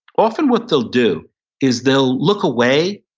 often what they'll do is they'll look away,